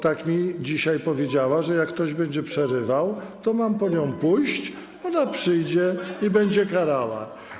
Tak mi dzisiaj powiedziała, że jak ktoś będzie przerywał, to mam po nią pójść, ona przyjdzie i będzie karała.